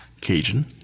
Cajun